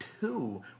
two